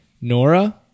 Nora